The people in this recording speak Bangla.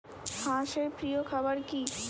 হাঁস এর প্রিয় খাবার কি?